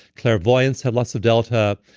clairvoyants have lots of delta.